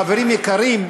חברים יקרים,